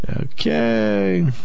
Okay